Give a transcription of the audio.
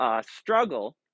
struggle